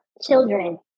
children